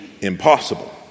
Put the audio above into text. impossible